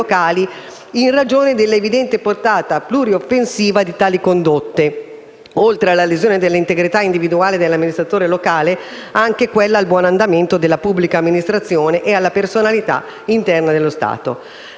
in ragione dell'evidente portata plurioffensiva di tali condotte (oltre alla lesione dell'integrità individuale dell'amministratore locale, anche quella al buon andamento della pubblica amministrazione e alla personalità interna dello Stato).